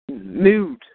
mood